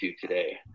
today